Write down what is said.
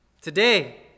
Today